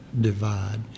divide